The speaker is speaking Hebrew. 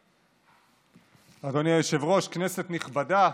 אדוני היושב-ראש, כנסת נכבדה,